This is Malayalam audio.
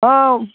ആ മ്